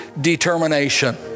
determination